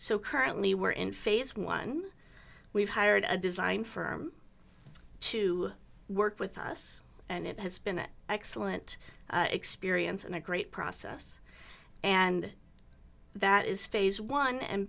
so currently we're in phase one we've hired a design firm to work with us and it has been an excellent experience and a great process and that is phase one and